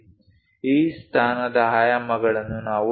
ಈ ಸ್ಥಾನದ ಆಯಾಮಗಳನ್ನು ನಾವು ನೋಡೋಣ